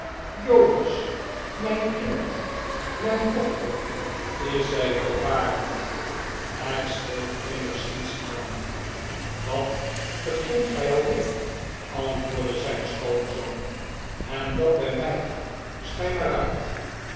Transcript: jonas mijn kind mijn dochter is zij welvarend er scheelt immers niets aan wat begint gij alweer antwoordde zijn schoonzoon en dat bij mij schei maar uit